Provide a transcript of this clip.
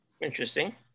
Interesting